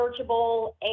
searchable